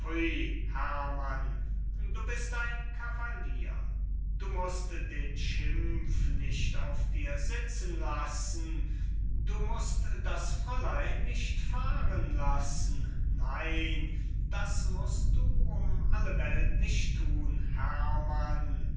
du bist ein kavalier du must den schimpf nicht auf dir sitzen lassen du must das fräulein nicht fahren lassen nein das must du um alle welt nicht thun herrmann